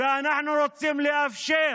ואנחנו רוצים לאפשר